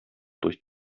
durch